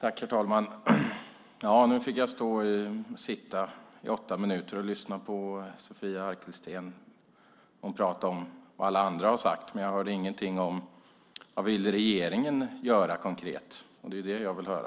Herr talman! Nu fick jag sitta i åtta minuter och lyssna på Sofia Arkelsten när hon talade om vad alla andra har sagt. Men jag hörde ingenting om vad regeringen vill göra konkret. Det är det som jag vill höra.